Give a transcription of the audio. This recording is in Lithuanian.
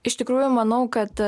iš tikrųjų manau kad